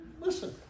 Listen